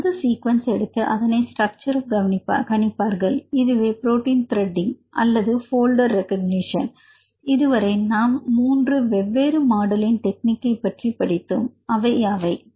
அந்த சீக்வெனஸ் எடுத்து அதனுடைய ஸ்ட்ரக்ச்சர் கணிப்பார்கள் இதுவே புரோட்டின் த்ரடிங் அல்லது போல்டர் recognition இதுவரை நாம் மூன்று வெவ்வேறு மாடலின் டெக்னிக்கை பற்றி படித்தோம் அவை யாவை